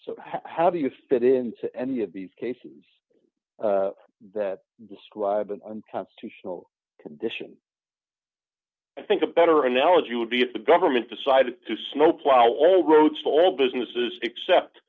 so how do you fit into any of these cases that describe an unconstitutional condition i think a better analogy would be if the government decided to snowplow all roads all businesses except